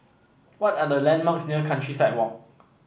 what are the landmarks near Countryside Walk